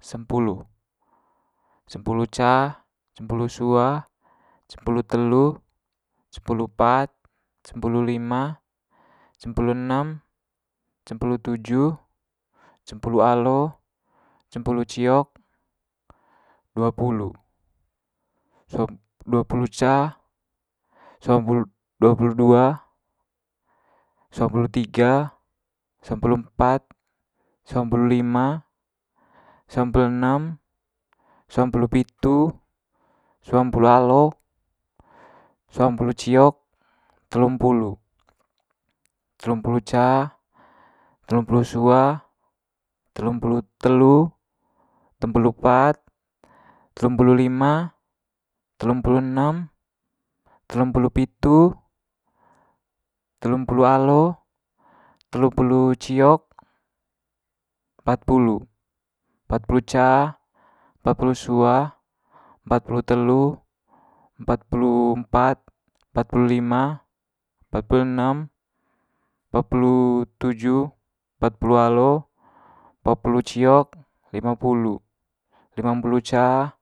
sempulu. Sempulu ca cempulu sua cempulu telu cempulu pat cempulu lima cempulu enem cempulu tuju cempulu alo cempulu ciok duapulu. duapulu ca duapulu dua suampulu tiga suampulu empat suampulu lima suampulu enem suampulu pitu suampulu alo suampulu ciok telumpulu. telumpulu ca telumpulu sua telumpulu telu tempulu pat telumpulu lima telumpulu enem telumpulu pitu telumpulu alo telumpulu ciok patmpulu. Patmpulu ca empatpulu sua empat pulu telu empatpulu empat empat pulu lima empatpulu enem empatpulu tuju empatpulu alo empat pulu ciok limapulu. Limampulu ca.